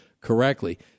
correctly